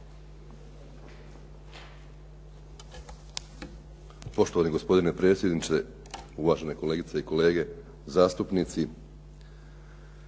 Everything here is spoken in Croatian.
Poštovani gospodine predsjedniče, uvažene kolegice i kolege zastupnici.